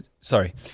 Sorry